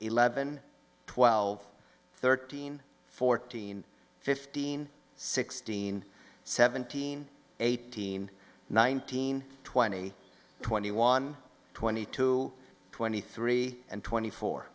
eleven twelve thirteen fourteen fifteen sixteen seventeen eighteen nineteen twenty twenty one twenty two twenty three and twenty four